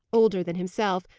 older than himself,